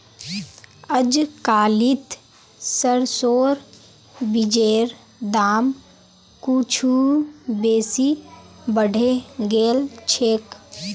अजकालित सरसोर बीजेर दाम कुछू बेसी बढ़े गेल छेक